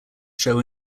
show